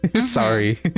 sorry